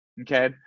Okay